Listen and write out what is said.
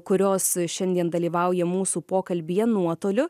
kurios šiandien dalyvauja mūsų pokalbyje nuotoliu